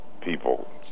people